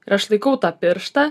ir aš laikau tą pirštą